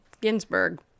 Ginsburg